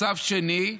מצב שני,